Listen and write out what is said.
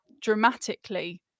dramatically